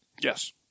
Yes